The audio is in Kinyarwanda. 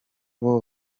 ngo